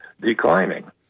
declining